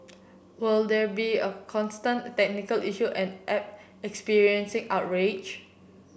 will there be of constant technical issue and app experiencing outrage